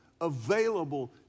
available